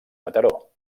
mataró